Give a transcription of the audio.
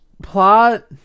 plot